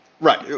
Right